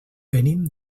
venim